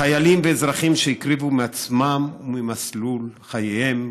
חיילים ואזרחים שהקריבו מעצמם וממסלול חייהם